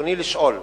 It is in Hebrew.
רצוני לשאול: